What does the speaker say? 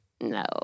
No